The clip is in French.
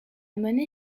monnaie